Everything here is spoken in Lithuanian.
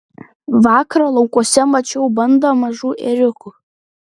vakar laukuose mačiau bandą mažų ėriukų